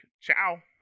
Ciao